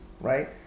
right